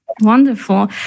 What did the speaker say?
Wonderful